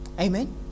amen